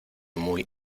muy